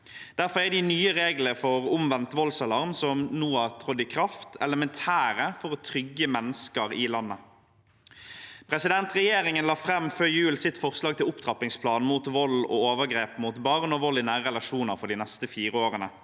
Derfor er de nye reglene for omvendt voldsalarm som nå har trådt i kraft, elementære for å trygge mennesker i landet. Regjeringen la før jul fram sitt forslag til opptrappingsplan mot vold og overgrep mot barn og vold i nære relasjoner for de neste fire årene.